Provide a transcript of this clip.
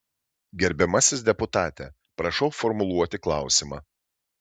gerbiamasis deputate prašau formuluoti klausimą